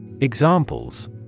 Examples